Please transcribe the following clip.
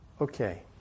Okay